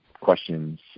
questions